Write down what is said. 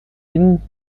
ihn